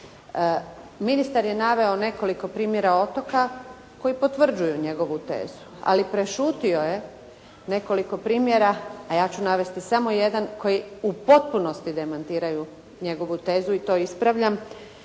Ministar je naveo nekoliko primjera otoka koji potvrđuju njegovu tezu, ali prešutio je nekoliko primjera a ja ću navesti samo jedan koji u potpunosti demantiraju njegovu tezu i to ispravljam.